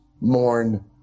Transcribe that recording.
mourn